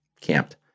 camped